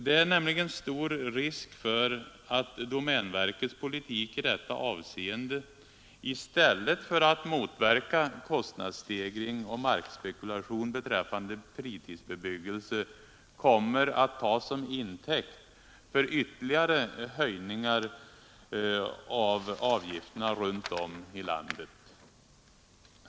Det är nämligen stor risk för att domänverkets politik i detta avseende i stället för att motverka kostnadsstegring och markspekulation beträffande fritidsbebyggelse kommer att tas som intäkt för ytterligare höjningar av avgifterna runt om i landet.